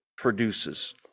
Produces